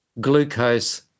glucose